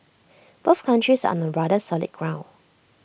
both countries are on rather solid ground